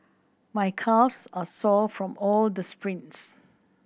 my calves are sore from all the sprints